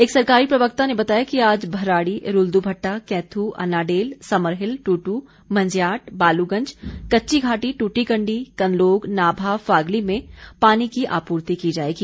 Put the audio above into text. एक सरकारी प्रवक्ता ने बताया कि आज भराड़ी रूल्द्रभट्टा कैथू अनाडेल समरहिल टुटू मंज्याट बालूगंज कच्चीघाटी टूटीकंडी कनलोग नाभा फागली में पानी की आपूर्ति की जाएगी